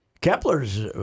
Kepler's